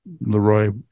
Leroy